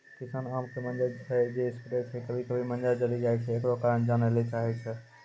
किसान आम के मंजर जे स्प्रे छैय कभी कभी मंजर जली जाय छैय, एकरो कारण जाने ली चाहेय छैय?